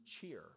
cheer